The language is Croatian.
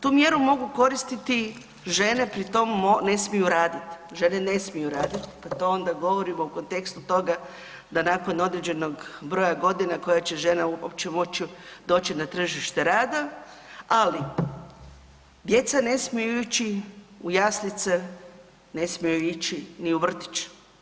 Tu mjeru mogu koristi žene pri tom ne smiju raditi, žene ne smiju raditi pa to onda govorimo u kontekstu toga da nakon određenog broja godina koja će žena uopće moći doći na tržište rada, ali djeca ne smiju ići u jaslice, ne smiju ići ni u vrtić.